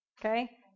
okay